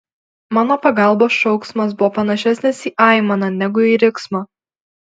mano pagalbos šauksmas buvo panašesnis į aimaną negu į riksmą